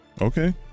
Okay